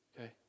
Okay